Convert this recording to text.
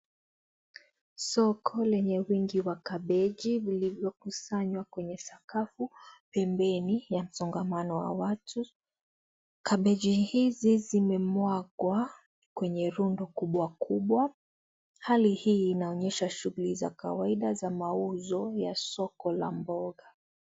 Soko lenye wingi wa kabeji , vilivyokusanywa kwenye sakafu, pembeni ya msongamano wa watu. Kabeji hizi zimemwagwa kwenye rundo kubwa kubwa. Hali hii inaonyesha shuguli za kawaida za mauzo ya soko la mboga.